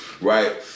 right